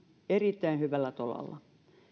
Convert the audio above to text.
erittäin hyvällä tolalla